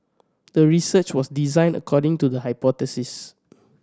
the research was designed according to the hypothesis